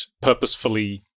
purposefully